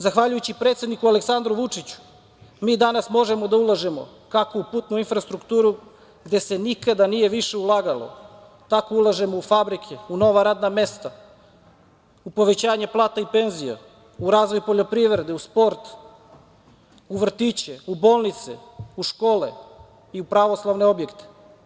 Zahvaljujući predsedniku Aleksandru Vučiću, mi danas možemo da ulažemo kako u putnu infrastrukturu, gde se nikada nije više ulagalo, tako ulažemo u fabrike, u nova radna mesta, u povećanje plata i penzija, u razvoj poljoprivrede, u sport, u vrtiće, u bolnice, u škole i u pravoslavne objekte.